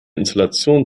installation